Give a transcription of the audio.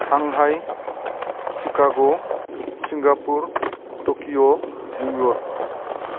Shanghai Chicago Singapore Tokyo New York